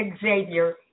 xavier